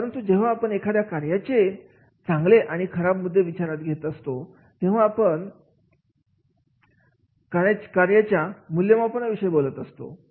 परंतु जेव्हा आपण एखाद्या कार्याचे चांगले आणि खराब मुद्दे विचारात घेत असतो तेव्हा आपण खाण्याच्या मूल्यमापन विषयी बोलत असतो